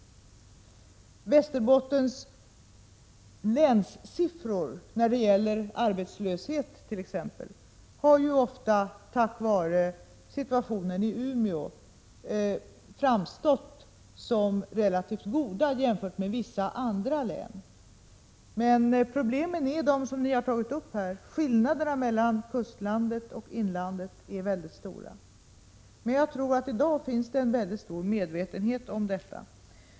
Siffrorna för Västerbottens län när det gäller t.ex. arbetslöshet har ofta tack vare situationen i Umeå framstått som relativt goda jämfört med siffrorna för vissa andra län, men problemen är de som tagits upp här, nämligen att skillnaderna mellan kustlandet och inlandet är mycket stora. Jag tror att det i dag finns en betydande medvetenhet om detta.